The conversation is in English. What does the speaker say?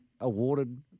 awarded